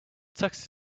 tux